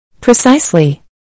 Precisely